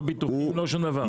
לא ביטוחים ולא שום דבר.